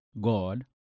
God